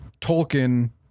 Tolkien